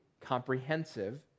comprehensive